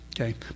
okay